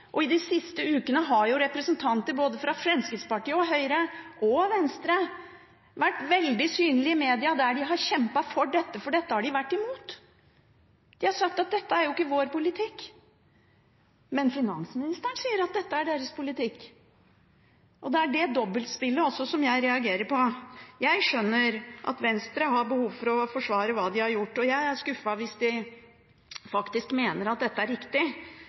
Og i de siste ukene har jo representanter fra både Fremskrittspartiet og Høyre – og Venstre – vært veldig synlige i media og kjempet for dette, for dette har de vært imot. De har sagt at dette er ikke vår politikk, men finansministeren sier at dette er deres politikk. Det er dette dobbeltspillet jeg reagerer på. Jeg skjønner at Venstre har behov for å forsvare hva de har gjort, og jeg er skuffet hvis de faktisk mener at dette er riktig,